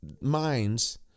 minds